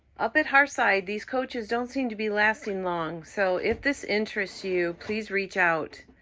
up at hearthside, these coaches don't seem to be lasting long, so if this interests you, please reach out.